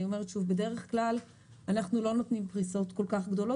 אני אומרת שאנחנו בדרך כלל לא נותנים פריסות כל כך גדולות,